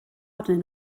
arnyn